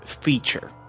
Feature